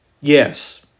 yes